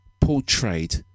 portrayed